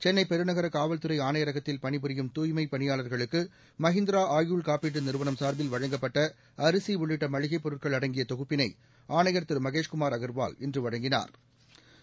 சென்னை பெருநகர காவல்துறை ஆணையரகத்தில் பணிபுரியும் தூய்மைப் பணியாளர்களுக்கு மஹிந்திரா ஆயுள் காப்பீட்டு நிறுவனம் சார்பில் வழங்கப்பட்ட அரிசி உள்ளிட்ட மளிகைப் பொருட்கள் அடங்கிய தொகுப்பினை ஆணையா் திரு மகேஷ்குமாா் அகா்வால் இன்று வழங்கினாா்